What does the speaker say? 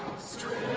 st.